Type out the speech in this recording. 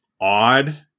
odd